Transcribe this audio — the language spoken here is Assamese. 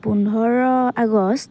পোন্ধৰ আগষ্ট